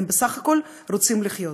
הם בסך הכול רוצים לחיות.